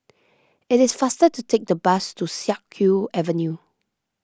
it is faster to take the bus to Siak Kew Avenue